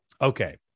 Okay